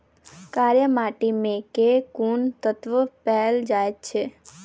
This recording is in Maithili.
कार्य माटि मे केँ कुन तत्व पैल जाय छै?